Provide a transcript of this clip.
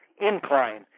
incline